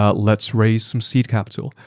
ah let's raise some seed capital.